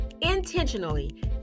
Intentionally